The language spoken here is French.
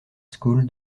school